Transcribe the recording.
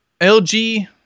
LG